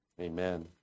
Amen